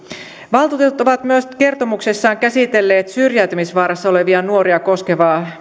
valtuutetut ovat kertomuksessaan käsitelleet myös syrjäytymisvaarassa olevia nuoria koskevaa